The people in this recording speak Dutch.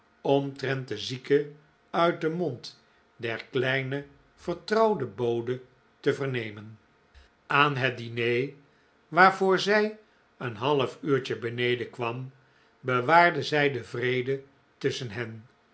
omtrent de zieke uit den mond der kleine vertrouwde bode te vernemen aan het diner waarvoor zij een half uurtje beneden kwam bewaarde zij den vrede tusschen hen